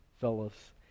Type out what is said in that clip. fellas